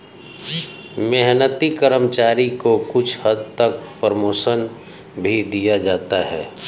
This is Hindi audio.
मेहनती कर्मचारी को कुछ हद तक प्रमोशन भी दिया जाता है